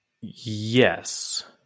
Yes